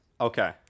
okay